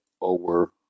over